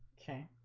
okay